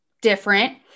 different